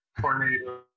tornado